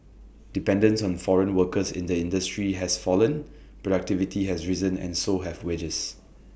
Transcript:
dependence on foreign workers in the industry has fallen productivity has risen and so have wages